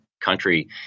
country